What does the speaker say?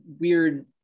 weird